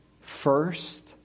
first